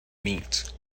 meet